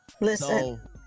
Listen